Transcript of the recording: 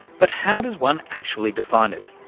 but how does one actually define it?